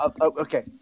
Okay